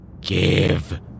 Give